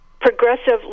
progressive